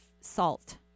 salt